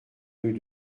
rue